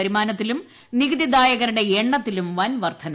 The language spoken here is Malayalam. വരുമാനത്തിലും നികുതിദായകരുടെ എണ്ണത്തിലും വൻ വർദ്ധന